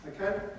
Okay